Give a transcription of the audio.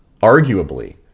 arguably